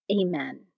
Amen